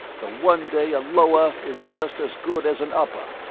the one day a lower is just as good as an upper.